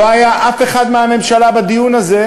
לא היה אף אחד מהממשלה בדיון הזה.